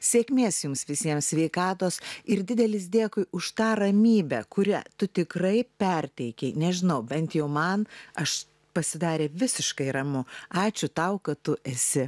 sėkmės jums visiems sveikatos ir didelis dėkui už tą ramybę kuria tu tikrai perteikei nežinau bent jau man aš pasidarė visiškai ramu ačiū tau kad tu esi